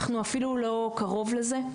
אנחנו אפילו לא קרוב לזה.